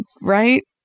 right